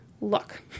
look